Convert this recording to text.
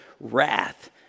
wrath